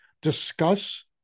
discuss